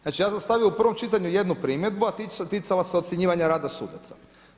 Znači ja sam stavio u prvom čitanju jednu primjedbu, a ticala se ocjenjivanja rada sudaca.